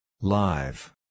Live